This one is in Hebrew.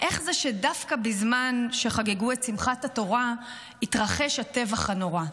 איך זה שדווקא בזמן שחגגו את שמחת התורה התרחש הטבח הנורא,